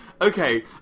okay